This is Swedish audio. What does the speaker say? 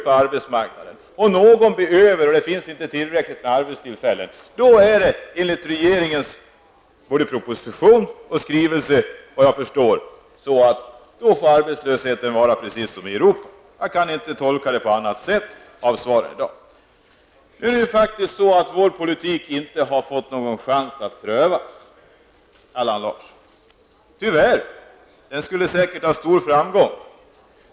Om det nu inte finns tillräckligt med arbetstillfällen, får enligt propositionen och regeringens skrivelse, såvitt jag förstår, arbetslösheten bli precis lika stor som i Europa. Jag kan inte tolka det på annat sätt. Nu är det faktiskt så att vår politik inte har fått någon chans att prövas, Allan Larsson. Tyvärr, för den skulle säkert ha stor framgång.